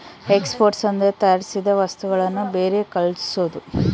export ಅಂದ್ರೆ ತಯಾರಿಸಿದ ವಸ್ತುಗಳನ್ನು ಬೇರೆ ಕಳ್ಸೋದು